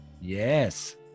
Yes